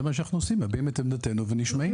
זה מה שאנחנו עושים מביעים את עמדתנו ונשמעים.